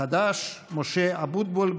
החדש משה אבוטבול.